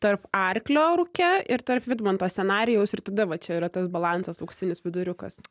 tarp arklio rūke ir tarp vidmanto scenarijaus ir tada va čia yra tas balansas auksinis viduriukas